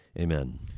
Amen